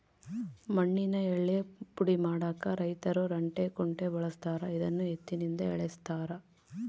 ಮಣ್ಣಿನ ಯಳ್ಳೇ ಪುಡಿ ಮಾಡಾಕ ರೈತರು ರಂಟೆ ಕುಂಟೆ ಬಳಸ್ತಾರ ಇದನ್ನು ಎತ್ತಿನಿಂದ ಎಳೆಸ್ತಾರೆ